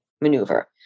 maneuver